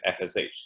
FSH